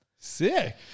Sick